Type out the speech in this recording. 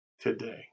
today